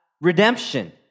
redemption